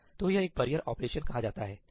तो यह एक बैरियर ऑपरेशन कहा जाता हैठीक है